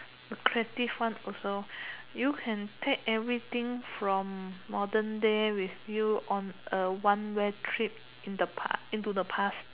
the creative one also you can take everything from modern day with you on a one way trip in the past into the past